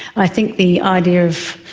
i think the idea of,